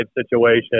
situation